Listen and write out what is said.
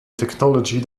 technologie